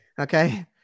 Okay